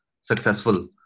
successful